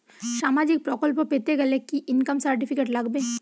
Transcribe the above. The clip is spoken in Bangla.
সামাজীক প্রকল্প পেতে গেলে কি ইনকাম সার্টিফিকেট লাগবে?